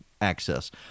access